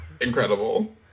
incredible